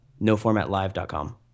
noformatlive.com